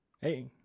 Hey